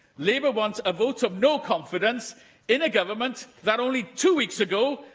labour want a vote of no confidence in a government that, only two weeks ago,